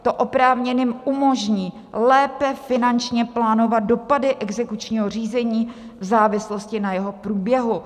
To oprávněným umožní lépe finančně plánovat dopady exekučního řízení v závislosti na jeho průběhu.